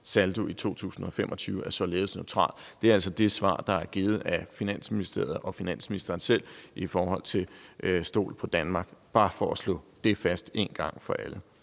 saldo i 2025 er således neutral. Det er altså det svar, der er givet af Finansministeriet og finansministeren selv i forhold til »Stol på Danmark«. Det er bare for at slå det fast en gang for alle.